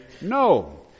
no